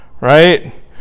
right